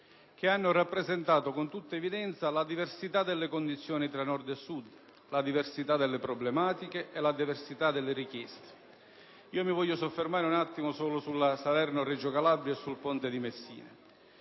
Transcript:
hanno rappresentato con tutta evidenza la diversità delle condizioni fra Nord e Sud, la diversità delle problematiche e la diversità delle richieste. Io mi voglio soffermare brevemente solo sui casi della Salerno-Reggio Calabria e del ponte sullo